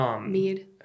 Mead